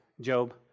Job